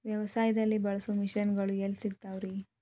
ವ್ಯವಸಾಯದಲ್ಲಿ ಬಳಸೋ ಮಿಷನ್ ಗಳು ಎಲ್ಲಿ ಸಿಗ್ತಾವ್ ರೇ?